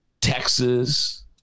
Texas